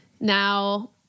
now